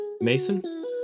Mason